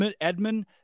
Edmund